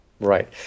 Right